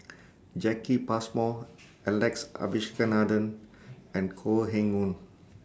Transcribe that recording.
Jacki Passmore Alex Abisheganaden and Koh Eng Hoon